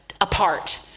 apart